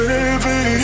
Baby